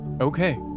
okay